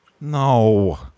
No